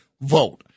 vote